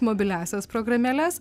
mobiliąsias programėles